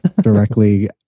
directly